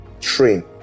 train